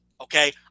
okay